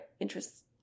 interest